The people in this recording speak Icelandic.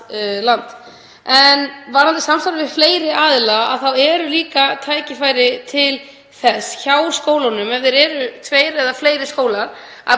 land. En varðandi samstarf við fleiri aðila þá eru líka tækifæri til þess hjá skólunum, ef um er að ræða tvo eða fleiri skóla, að